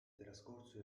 trascorso